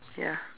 ya